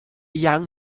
young